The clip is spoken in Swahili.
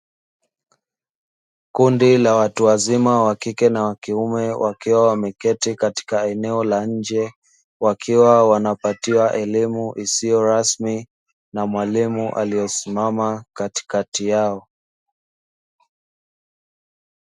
Kundi la watu wazima wakike na wakiume wakiwa wameketi katika eneo la nje, wakiwa wanapatiwa elimu isiyo rasmi na mwalimu aliyesimama katikati yao.